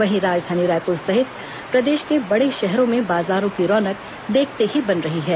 वहीं राजधानी रायपुर सहित प्रदेश के बड़े शहरों में बाजारों की रौनक देखते ही बन रही है